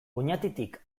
oñatitik